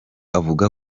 avuga